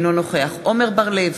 אינו נוכח עמר בר-לב,